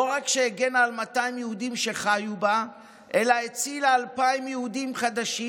לא רק שהגנה על 200 יהודים שחיו בה אלא הצילה אלפיים יהודים חדשים.